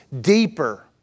deeper